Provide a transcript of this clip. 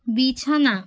বিছানা